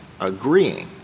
agreeing